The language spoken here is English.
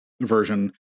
version